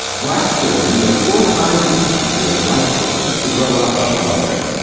black children were four times as likely as white children to grow up on welfare.